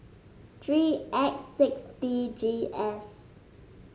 three X six D G S